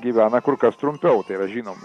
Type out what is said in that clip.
gyvena kur kas trumpiau tai yra žinom